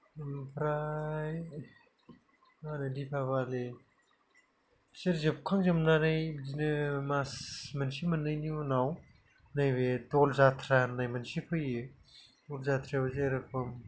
ओमफ्राय ओरै दिफाबालि बिसोर जोबखांजोबनानै बिदिनो मास मोनसे मोननैनि उनाव नैबे दल जात्रा होननाय मोनसे फैयो दल जात्रायाव जेरखम